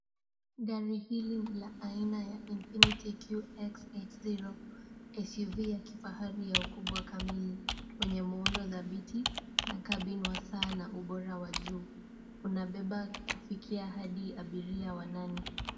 Gari hili ni la aina ya Infiniti QXX0 SUV ya kifahari ya ukubwa kamili wenye muundo dhabiti na kabini wa sana ubora wa juu. Unabeba kufikia hadi abiria wanane.